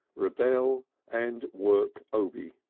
rebel and work obi.